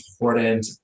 important